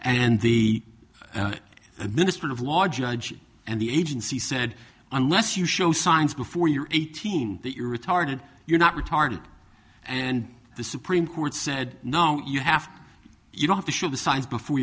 and the administrative law judge and the agency said unless you show signs before you're eighteen that you're retarded you're not retarded and the supreme court said no you have you don't have to show the signs before